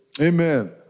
Amen